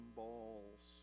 balls